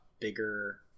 bigger